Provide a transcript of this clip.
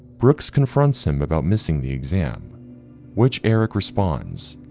brooks confronts him about missing the exam which eric responds,